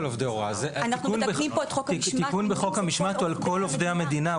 תיקון בחוק המשמעת הוא על כל עובדי המדינה.